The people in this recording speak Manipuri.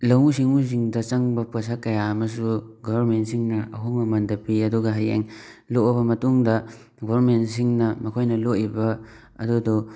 ꯂꯧꯎ ꯁꯤꯡꯎꯁꯤꯡꯗ ꯆꯪꯕ ꯄꯣꯠꯁꯛ ꯀꯌꯥ ꯑꯃꯁꯨ ꯒꯣꯕꯔꯅꯦꯟꯁꯤꯡꯅ ꯑꯍꯣꯡꯕ ꯃꯃꯟꯗ ꯄꯤ ꯑꯗꯨꯒ ꯍꯌꯦꯡ ꯂꯣꯛꯑꯕ ꯃꯇꯨꯡꯗ ꯒꯣꯕꯔꯅꯦꯟꯁꯤꯡꯅ ꯃꯈꯣꯏꯅ ꯂꯣꯛꯏꯕ ꯑꯗꯨꯗꯣ